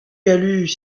galut